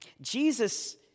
Jesus